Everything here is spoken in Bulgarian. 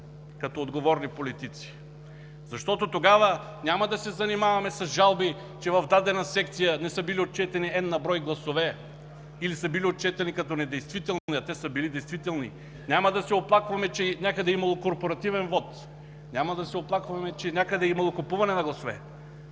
като отговорни политици. Защото тогава няма да се занимаваме с жалби, че в дадена секция не са били отчетени N на брой гласове или са били отчетени като недействителни, а те са били действителни; няма да се оплакваме, че някъде е имало корпоративен вот; няма да се оплакваме, че някъде е имало купуване на гласове.